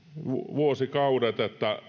vuosikaudet